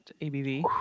ABV